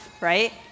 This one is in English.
right